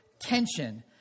tension